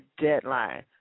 deadline